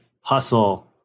hustle